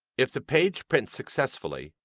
if the page prints successfully,